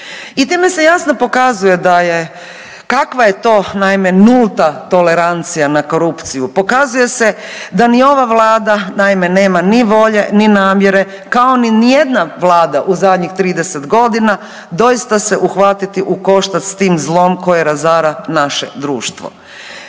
I time se jasno pokazuje da je, kakva je to naime nulta tolerancija na korupciju. Pokazuje se da ni ova Vlada naime nema ni volje, ni namjere kao ni niti jedna vlada u zadnjih 30 godina doista se uhvatiti u koštac s tim zlom koji razara naše društvo.